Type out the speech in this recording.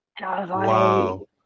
Wow